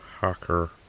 hacker